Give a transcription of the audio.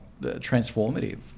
transformative